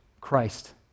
Christ